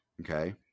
Okay